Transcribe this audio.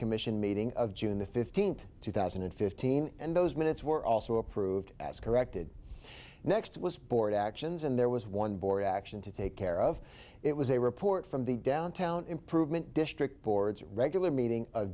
commission meeting of june the fifteenth two thousand and fifteen and those minutes were also approved as corrected next was board actions and there was one board action to take care of it was a report from the downtown improvement district board's regular meeting